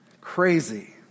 Crazy